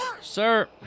Sir